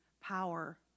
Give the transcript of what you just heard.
power